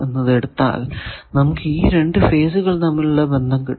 എന്നത് എടുത്താൽ നമുക്ക് ഈ രണ്ടു ഫേസുകൾ തമ്മിലുള്ള ബന്ധം കിട്ടും